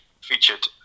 featured